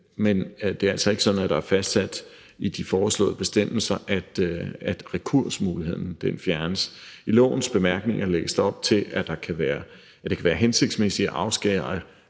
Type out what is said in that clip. Men det er altså ikke sådan, at der i de foreslåede bestemmelser er fastsat, at rekursmuligheden fjernes. I lovens bemærkninger lægges der op til, at det kan være hensigtsmæssigt at afskære